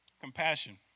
Compassion